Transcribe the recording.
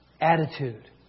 attitude